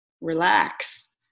relax